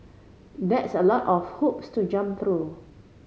that's a lot of hoops to jump through